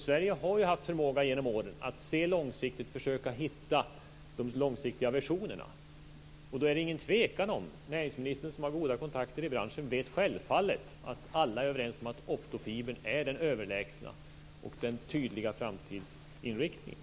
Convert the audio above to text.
Sverige har genom åren haft förmågan att se långsiktigt och försökt hitta de långsiktiga visionerna. Och det är ingen tvekan om - näringsministern som har goda kontakter i branschen vet självfallet att alla är överens om detta - att optofibern är den överlägsna och tydliga framtidsinriktningen.